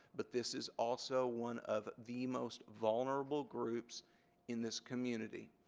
but this is also one of the most vulnerable groups in this community.